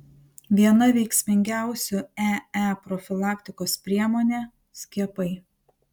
viena veiksmingiausių ee profilaktikos priemonė skiepai